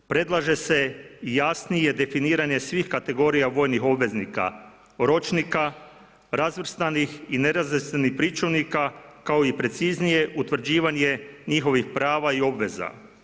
Predlaže se i jasnije definiranje svih kategorija vojnih obveznika, ročnika, razvrstanih i nerazvrstanih pričuvnika kao i preciznije utvrđivanje njihovih prava i obveza.